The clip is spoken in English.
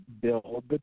build